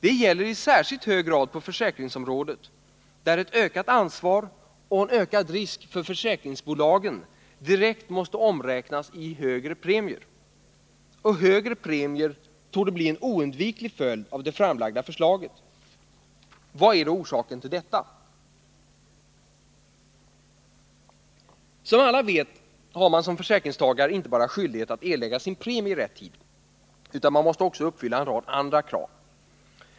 Det gäller i särskilt hög grad på försäkringsområdet, där ett ökat ansvar och en ökad risk för försäkringsbolagen direkt måste omräknas i högre premier. Och högre premier torde bli en oundviklig följd av det framlagda förslaget. Vad är då orsaken till detta? Som alla vet har man som försäkringstagare inte bara skyldighet att erlägga sin premie i rätt tid, utan man måste också uppfylla en rad andra krav.